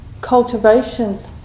Cultivations